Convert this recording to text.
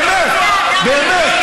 באמת.